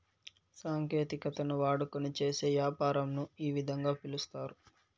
సాంకేతికతను వాడుకొని చేసే యాపారంను ఈ విధంగా పిలుస్తారు